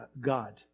God